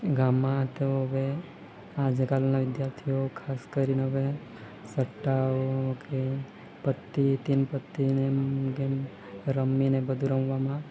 ગામમાં તો હવે આજકાલના વિદ્યાર્થીઓ ખાસ કરીન હવે સટ્ટાઓ કે પત્તી તીન પત્તીને ગેમ રમીને બધું રમવામાં